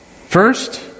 First